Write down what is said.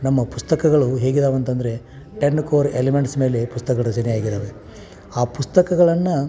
ನಮ್ಮ ಪುಸ್ತಕಗಳು ಹೇಗಿದವೆ ಅಂತಂದರೆ ಟೆನ್ ಕೋರ್ ಎಲಿಮೆಂಟ್ಸ್ ಮೇಲೆ ಪುಸ್ತಕದ ರಚನೆ ಆಗಿದವೆ ಆ ಪುಸ್ತಕಗಳನ್ನು